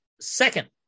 second